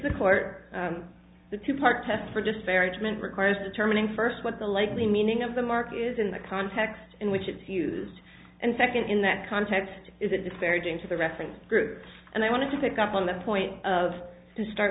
the court the two part test for disparagement requires determining first what the likely meaning of the mark is in the context in which it's used and second in that context is it disparaging to the reference group and i want to pick up on the point of to start